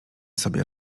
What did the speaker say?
sobie